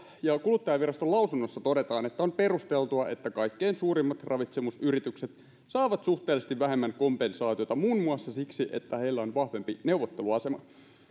ja kuluttajaviraston lausunnossa todetaan että on perusteltua että kaikkein suurimmat ravitsemusyritykset saavat suhteellisesti vähemmän kompensaatiota muun muassa siksi että heillä on vahvempi neuvotteluasema